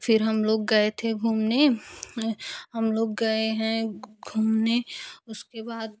फिर हम लोग गए थे घूमने हम लोग गए हैं घूमने उसके बाद